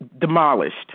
demolished